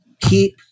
Keep